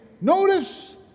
Notice